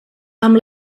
amb